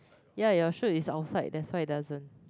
ya your shoe is outside that's why it doesn't